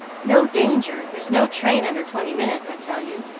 no danger there's no train under twenty minutes, i tell you,